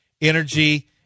energy